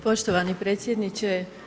Poštovani predsjedniče.